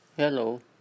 Hello